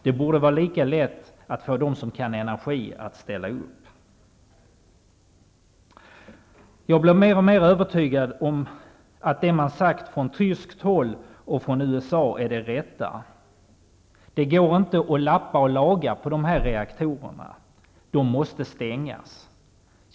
Det borde vara lika lätt att få dem som kan energi att ställa upp. Jag blir mer och mer övertygad om att det man har sagt från tyskt och amerikanskt håll är det rätta. Det går inte att lappa och laga på dessa reaktorer. De måste stängas.